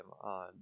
on